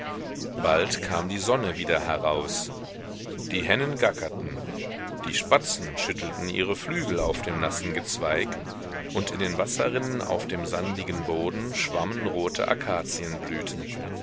bald kam die sonne wieder heraus die hennen gackerten die spatzen schüttelten ihre flügel auf dem nassen gezweig und in den wasserrinnen auf dem sandigen boden schwammmen rote